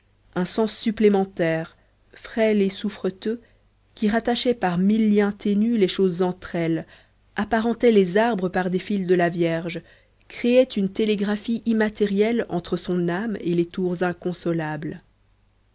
un sens supplémentaire frêle et souffreteux qui rattachait par mille liens ténus les choses entre elles apparentait les arbres par des fils de la vierge créait une télégraphie immatérielle entre son âme et les tours inconsolables